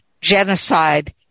genocide